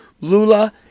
Lula